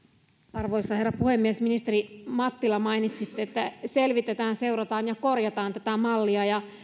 arvoisa herra puhemies ministeri mattila mainitsitte että selvitetään seurataan ja korjataan tätä mallia